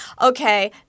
Okay